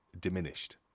diminished